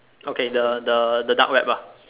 okay the the the dark web ah